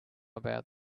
about